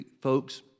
folks